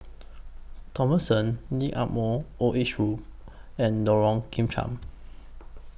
Thomson Lee Ah Mooi Old Age room and Lorong Kemunchup